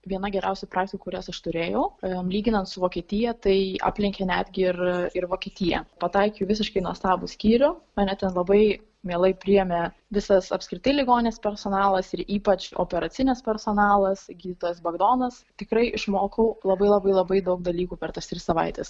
viena geriausių praktikų kurias aš turėjau lyginant su vokietija tai aplenkė netgi ir ir vokietiją pataikiau į visiškai nuostabų skyrių mane ten labai mielai priėmė visas apskritai ligoninės personalas ir ypač operacinės personalas gydytojas bagdonas tikrai išmokau labai labai labai daug dalykų per tas tris savaites